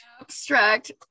abstract